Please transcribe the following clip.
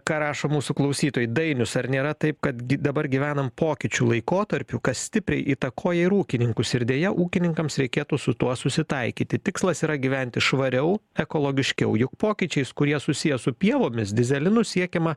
ką rašo mūsų klausytojai dainius ar nėra taip kad dabar gyvenam pokyčių laikotarpiu kas stipriai įtakoja ir ūkininkus ir deja ūkininkams reikėtų su tuo susitaikyti tikslas yra gyventi švariau ekologiškiau juk pokyčiais kurie susiję su pievomis dyzelinu siekiama